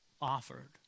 offered